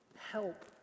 Help